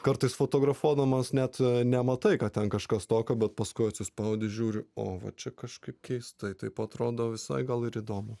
kartais fotografuodamas net nematai kad ten kažkas tokio bet paskui atsispaudi žiūriu o va čia kažkaip keistai taip atrodo visai gal ir įdomu